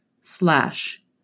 slash